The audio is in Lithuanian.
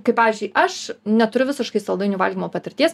kai pavyzdžiui aš neturiu visiškai saldainių valgymo patirties